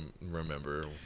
remember